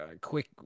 quick